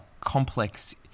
complex